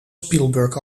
spielberg